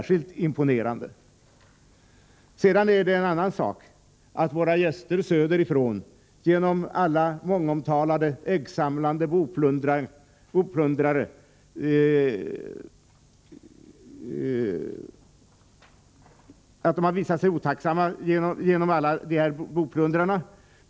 Sedan är det en annan sak att våra gäster söderifrån visat sig minst sagt otacksamma genom det mångomtalade äggsamlandet och genom boplundringarna.